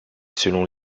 selon